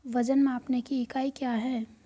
वजन मापने की इकाई क्या है?